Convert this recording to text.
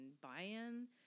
buy-in